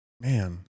man